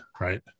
right